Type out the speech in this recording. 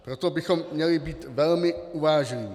Proto bychom měli být velmi uvážliví.